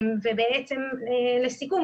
לסיכום,